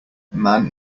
man